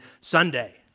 Sunday